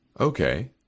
okay